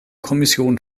kommission